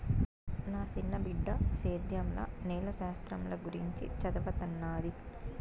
నా సిన్న బిడ్డ సేద్యంల నేల శాస్త్రంల గురించి చదవతన్నాది